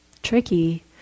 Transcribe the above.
tricky